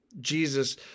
Jesus